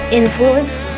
influence